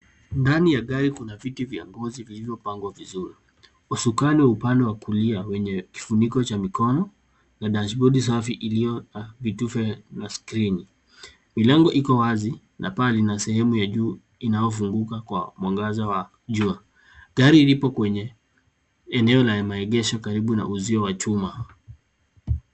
Ndani ya gari kuna viti vya ngozi vilivyopangwa vizuri. Usukani upande wa kulia wenye kifuniko cha mikono na dashibodi safi iliyo vitufe na skrini. Milango iko wazi na paa lina sehemu ya juu inayofunguka kwa mwangaza wa jua. Gari lipo kwenye eneo la maegesho karibu na uzio wa chuma.